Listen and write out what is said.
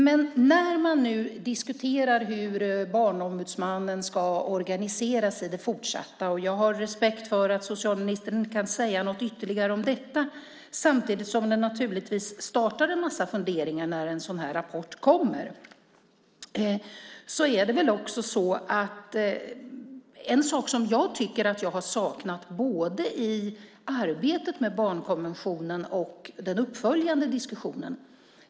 Men när man nu diskuterar hur Barnombudsmannen ska organiseras i det fortsatta - jag har respekt för att socialministern inte kan säga något ytterligare om detta, även om det naturligtvis startar en massa funderingar när en sådan här rapport kommer - vill jag nämna något som jag har saknat både i arbetet med barnkonventionen och i den uppföljande diskussionen.